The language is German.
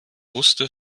wusste